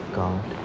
god